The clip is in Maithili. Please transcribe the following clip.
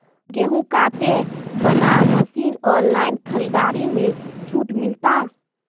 गेहूँ काटे बना मसीन ऑनलाइन खरीदारी मे छूट मिलता?